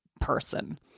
person